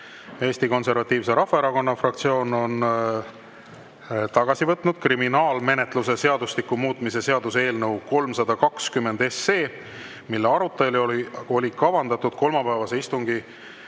Eesti Konservatiivse Rahvaerakonna fraktsioon on tagasi võtnud kriminaalmenetluse seadustiku muutmise seaduse eelnõu 320, mille arutelu oli kavandatud kolmapäevase istungi